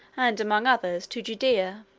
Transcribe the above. and, among others, to judea.